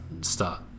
start